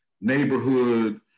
neighborhood